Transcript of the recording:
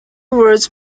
was